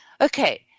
Okay